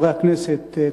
חברי הכנסת,